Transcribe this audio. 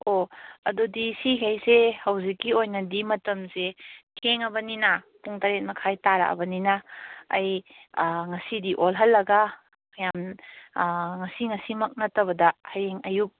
ꯑꯣ ꯑꯗꯨꯗꯤ ꯁꯤꯃꯈꯩꯁꯦ ꯍꯧꯖꯤꯛꯀꯤ ꯑꯣꯏꯅꯗꯤ ꯃꯇꯝꯁꯦ ꯊꯦꯡꯉꯕꯅꯤꯅ ꯄꯨꯡ ꯇꯔꯦꯠ ꯃꯈꯥꯏ ꯇꯥꯔꯛꯑꯕꯅꯤꯅ ꯑꯩ ꯉꯁꯤꯗꯤ ꯑꯣꯜꯍꯜꯂꯒ ꯌꯥꯝ ꯉꯁꯤ ꯉꯁꯤꯃꯛ ꯅꯠꯇꯕꯗ ꯍꯌꯦꯡ ꯑꯌꯨꯛ